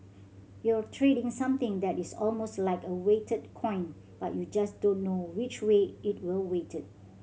you're trading something that is almost like a weighted coin but you just don't know which way it will weighted